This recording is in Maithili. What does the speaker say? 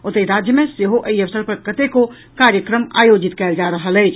ओतहि राज्य मे सेहो एहि अवसर पर कतेको कार्यक्रम आयोजित कयल जा रहल अछि